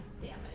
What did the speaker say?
damage